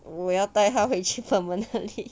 要带她回去放我那里